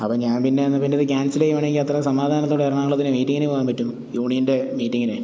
അപ്പം ഞാൻ പിന്നെ എന്ന് പിന്നേ ഇത് ക്യാൻസല് ചെയ്യുകയാണെങ്കിൽ അത്ര സമാധാനത്തോടെ എറണാകുളത്തിന് മീറ്റിങ്ങിന് പോകാൻ പറ്റും യൂണിയൻ്റെ മീറ്റിങ്ങിന്